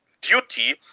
duty